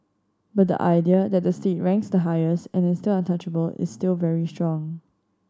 but the idea that the state ranks the highest and is untouchable is still very strong